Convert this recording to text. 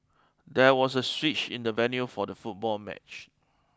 there was a switch in the venue for the football match